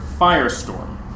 Firestorm